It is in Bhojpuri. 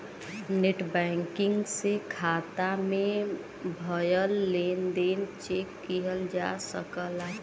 नेटबैंकिंग से खाता में भयल लेन देन चेक किहल जा सकला